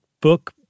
book